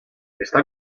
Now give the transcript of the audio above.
está